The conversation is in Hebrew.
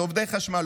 עובדי חשמל,